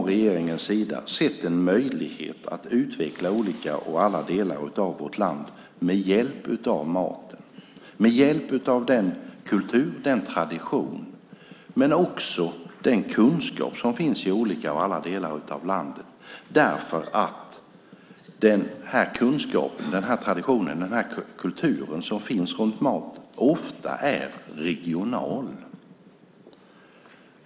Regeringen har sett en möjlighet att utveckla olika delar av vårt land med hjälp av maten och med hjälp av den kultur, tradition och kunskap som finns i olika delar av landet. Den kunskap, tradition och kultur som handlar om mat är ofta regional.